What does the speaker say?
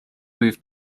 moved